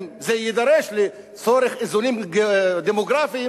אם זה יידרש לצורך איזונים דמוגרפיים,